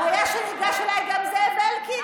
הבעיה שניגש אליי גם זאב אלקין,